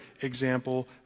example